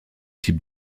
types